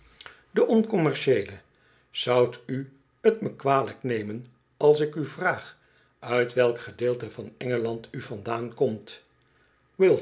de oncommercieele zoudt u t me kwalijk nemen als ik u vraag uit welk gedeelte van engeland u vandaan komt